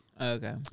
Okay